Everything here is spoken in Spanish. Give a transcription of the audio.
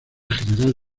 general